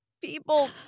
people